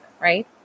right